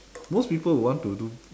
most people would want to do